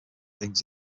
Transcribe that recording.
things